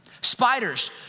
Spiders